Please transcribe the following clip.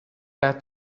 back